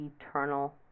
eternal